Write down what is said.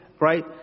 right